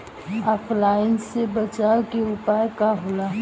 ऑफलाइनसे बचाव के उपाय का होला?